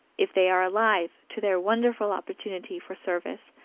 if they are alive to their wonderful opportunity for service,